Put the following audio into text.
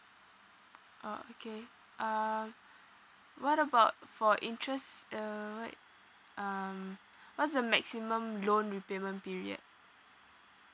oh okay uh what about for interests uh wait um what's the maximum loan repayment period